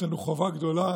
יש לנו חובה גדולה,